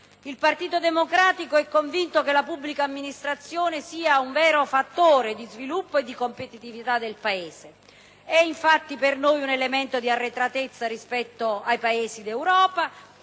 Il Partito Democratico è convinto che la pubblica amministrazione sia un vero fattore di sviluppo e di competitività del Paese. È infatti per noi un elemento di arretratezza rispetto ai Paesi d'Europa